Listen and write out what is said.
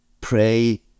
pray